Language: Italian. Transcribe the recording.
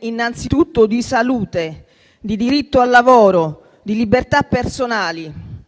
innanzitutto di salute, di diritto al lavoro, di libertà personali,